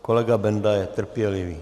Kolega Benda je trpělivý.